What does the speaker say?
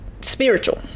spiritual